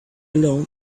alone